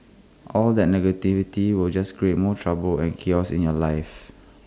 all that negativity will just create more trouble and chaos in your life